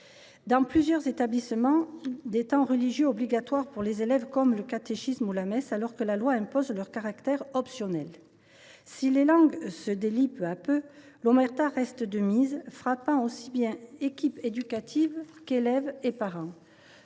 Veil. Plusieurs établissements imposent des temps religieux à leurs élèves, comme le catéchisme ou la messe, alors que la loi prévoit leur caractère optionnel. Si les langues se délient peu à peu, l’omerta reste de mise, frappant aussi bien les équipes éducatives que les élèves ou les parents.